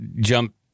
jump